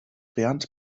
bernd